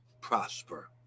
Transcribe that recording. prosper